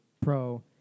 Pro